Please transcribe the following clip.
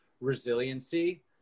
resiliency